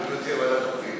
אני מציע ועדת הפנים.